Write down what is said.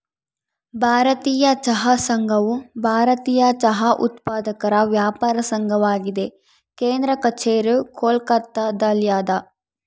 ಭಾರತೀಯ ಚಹಾ ಸಂಘವು ಭಾರತೀಯ ಚಹಾ ಉತ್ಪಾದಕರ ವ್ಯಾಪಾರ ಸಂಘವಾಗಿದೆ ಕೇಂದ್ರ ಕಛೇರಿ ಕೋಲ್ಕತ್ತಾದಲ್ಯಾದ